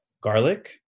garlic